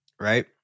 right